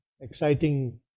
exciting